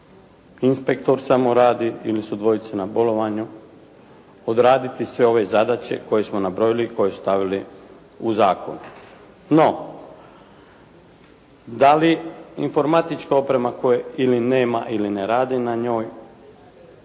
inspektor samo radi ili su dvojica na bolovanju odraditi sve ove zadaće koje smo nabrojili i koje su stavili u zakon. No, dali informatička oprema koje nema ili ne radi na njoj